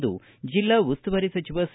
ಎಂದು ಜಿಲ್ಲಾ ಉಸ್ತುವಾರಿ ಸಚಿವ ಸಿ